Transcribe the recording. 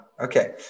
Okay